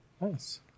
nice